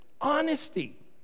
honesty